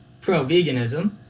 pro-veganism